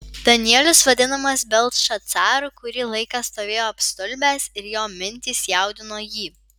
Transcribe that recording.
danielius vadinamas beltšacaru kurį laiką stovėjo apstulbęs ir jo mintys jaudino jį